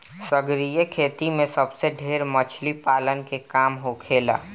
सागरीय खेती में सबसे ढेर मछली पालन के काम होखेला